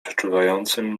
przeczuwającym